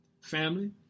Family